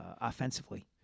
offensively